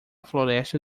floresta